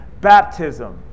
baptism